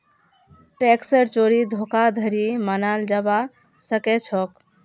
टैक्सेर चोरी धोखाधड़ी मनाल जाबा सखेछोक